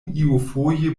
iafoje